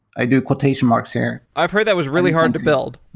i do quotations marks here. i've heard that was really hard to build.